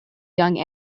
young